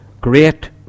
great